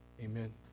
amen